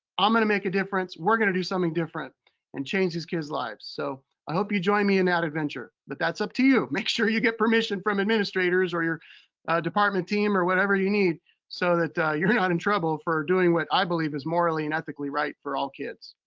i'm gonna make a difference, we're gonna do something different and change these kids lives. so i hope you join me in that adventure. but that's up to you, make sure you get permission from administrators or your department team or whatever you need so that you're not in trouble for doing what i believe is morally and ethically right for all kids.